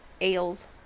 ales